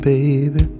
Baby